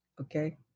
Okay